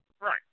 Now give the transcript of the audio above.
Right